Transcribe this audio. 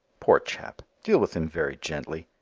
poor chap! deal with him very gently.